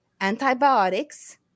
antibiotics